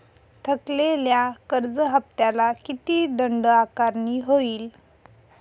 थकलेल्या कर्ज हफ्त्याला किती दंड आकारणी होईल?